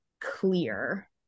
clear